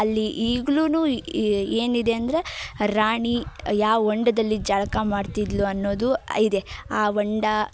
ಅಲ್ಲಿ ಈಗಲೂ ಈ ಏನಿದೆ ಅಂದರೆ ರಾಣಿ ಯಾವ ಹೊಂಡದಲ್ಲಿ ಜಳಕ ಮಾಡ್ತಿದ್ದಳು ಅನ್ನೋದು ಇದೆ ಆ ಹೊಂಡ